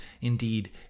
indeed